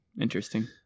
Interesting